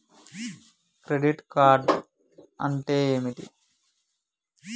Credit card అంటే ఏమిటి?